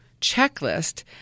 checklist